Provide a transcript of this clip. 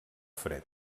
fred